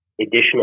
additional